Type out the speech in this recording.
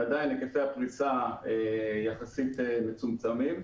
ועדיין היקפי הפריסה מצומצמים יחסית.